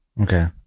Okay